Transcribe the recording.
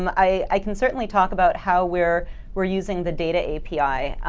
and i can certainly talk about how we're we're using the data api.